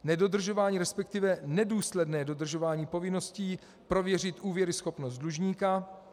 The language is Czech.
Nedodržování, resp. nedůsledné dodržování povinností prověřit úvěruschopnost dlužníka.